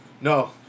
no